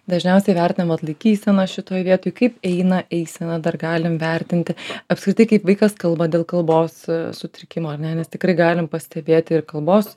dažniausiai vertinama laikysena šitoj vietoj kaip eina eisena dar galim vertinti apskritai kaip vaikas kalba dėl kalbos sutrikimo ar ne nes tikrai galim pastebėti ir kalbos